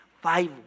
five